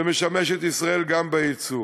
ומשמש את ישראל גם בייצור.